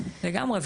לגמרי.